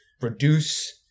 reduce